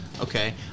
Okay